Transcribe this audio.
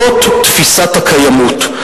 זו תפיסת הקיימות,